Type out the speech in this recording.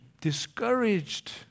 discouraged